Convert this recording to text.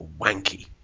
wanky